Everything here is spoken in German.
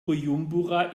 bujumbura